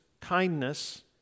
kindness